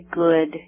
good